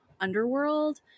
underworld